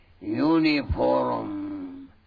uniform